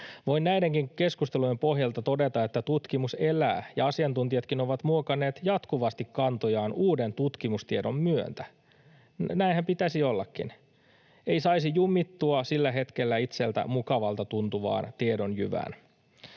Voin näidenkin keskustelujen pohjalta todeta, että tutkimus elää ja asiantuntijatkin ovat muokanneet jatkuvasti kantojaan uuden tutkimustiedon myötä. Näinhän pitäisi ollakin: ei saisi jumittua sillä hetkellä itseltä mukavalta tuntuvaan tiedonjyvään.